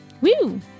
Woo